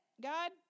God